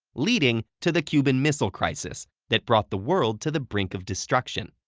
leading to the cuban missile crisis that brought the world to the brink of destruction.